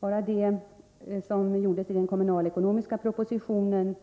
Bara det som gjordes genom den kommunalekonomiska propositionen,